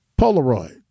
Polaroid